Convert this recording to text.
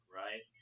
right